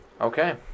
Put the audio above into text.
Okay